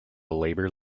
labor